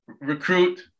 recruit